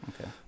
okay